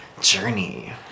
journey